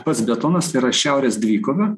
pats biatlonas tai yra šiaurės dvikovė